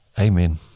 Amen